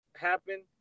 happen